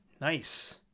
Nice